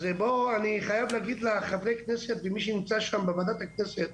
אז אני חייב להגיד לחברי הכנסת ומי שנמצא שם בוועדת הכנסת,